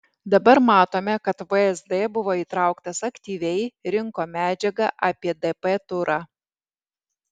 dabar matome kad vsd buvo įtrauktas aktyviai rinko medžiagą apie dp turą